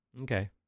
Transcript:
okay